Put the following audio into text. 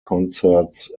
concerts